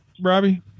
Robbie